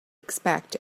expect